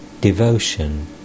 devotion